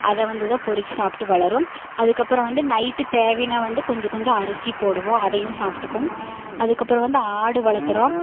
அதை வந்து தான் பொறுக்கி சாப்பிட்டு வளரும் அதுக்கப்புறம் வந்து நைட்டு தேவைன்னால் வந்து கொஞ்சம் கொஞ்சம் அரிசி போடுவோம் அதையும் சாப்பிட்டுக்கும் அதுக்கப்புறம் வந்து ஆடு வளர்த்துறோம்